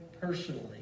personally